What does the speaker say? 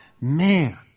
man